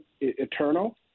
eternal